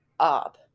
up